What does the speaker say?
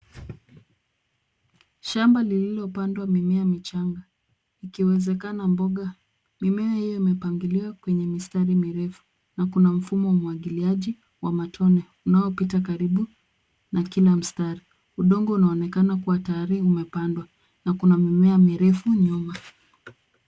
Shamba lililopandwa mimea michanga ikiwezekana mboga. Mimea hiyo imepangiliwa kwenye mistari mirefu na kuna mfumo wa umwagiliaji wa matone unaopita karibu na kila mstari. Udongo unaonekana kuwa tayari umepandwa na kuna mimea mirefu nyuma.